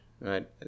right